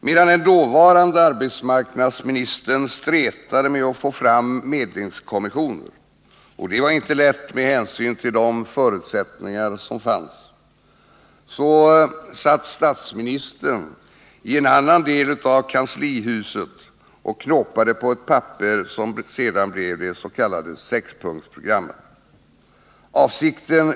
Medan den dåvarande arbetsmarknadsministern stretade med att få fram medlingskommissioner — vilket inte var lätt med hänsyn till de förutsättningar som fanns — satt statsministern i en annan del av kanslihuset och knåpade med ett papper som sedan blev det s.k. sexpunktsprogrammet.